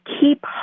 keep